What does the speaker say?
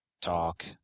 talk